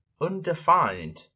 undefined